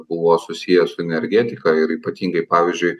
buvo susiję su energetika ir ypatingai pavyzdžiui